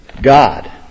God